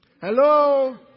Hello